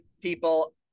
people –